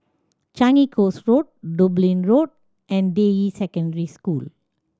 Changi Coast Road Dublin Road and Deyi Secondary School